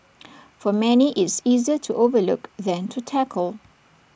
for many it's easier to overlook than to tackle